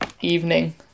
evening